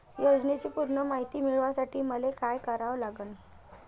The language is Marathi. योजनेची पूर्ण मायती मिळवासाठी मले का करावं लागन?